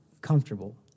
comfortable